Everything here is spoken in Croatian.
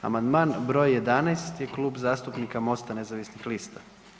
Amandman broj 11. je Klub zastupnika MOST-a nezavisnih lista.